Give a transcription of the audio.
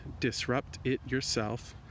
disruptityourself